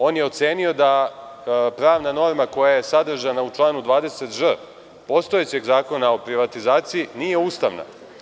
On je ocenio da pravna norma koja je sadržana u članu 20ž postojećeg Zakonaprivatizaciji, nije ustavna.